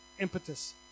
impetus